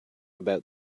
about